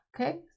okay